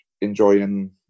enjoying